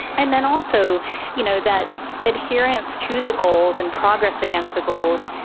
and then also you know that adherence to the goals and progress against the goals,